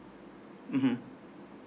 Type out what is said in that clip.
mmhmm